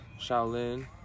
Shaolin